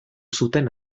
zuten